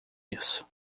isso